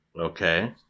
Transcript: Okay